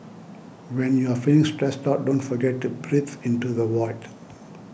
when you are feeling stressed out don't forget to breathe into the void